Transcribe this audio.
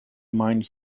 mined